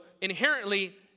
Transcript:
inherently